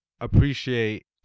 appreciate